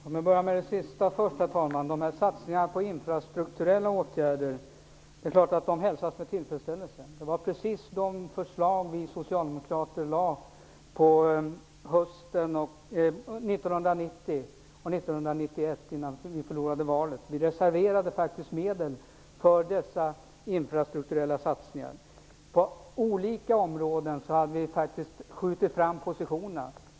Herr talman! Låt mig besvara det sist sagda först. Satsningarna på infrastrukturella åtgärder hälsas naturligtvis med tillfredsställelse. Det var precis sådana förslag som vi socialdemokrater lade fram hösten 1990 och våren 1991, innan vi förlorade valet. Vi reserverade faktiskt medel för dessa infrastrukturella satsningar. På olika områden hade vi skjutit fram positionerna.